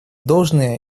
должное